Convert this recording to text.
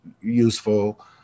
useful